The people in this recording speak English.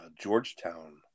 Georgetown